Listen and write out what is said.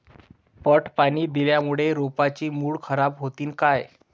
पट पाणी दिल्यामूळे रोपाची मुळ खराब होतीन काय?